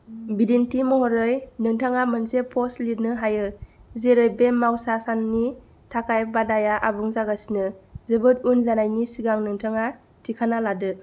बिदिन्थि महरै नोंथाङा मोनसे पस्ट लिरनो हायो जेरै बे मावसा साननि थाखाय बादाया आबुं जागासिनो जोबोद उन जानायनि सिगां नोंथाङा थिखाना लादो